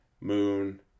Moon